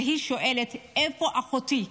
והיא שואלת: איפה אחותי?